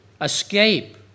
escape